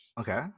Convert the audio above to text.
Okay